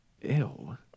Ew